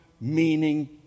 meaning